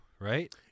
right